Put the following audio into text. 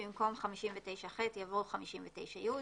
במקום " 59ח" יבוא " 59י".